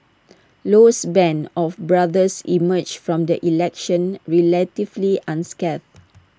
Low's Band of brothers emerged from the election relatively unscathed